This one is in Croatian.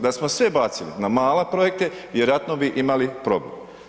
Da smo sve bacili na male projekte vjerojatno bi imali problem.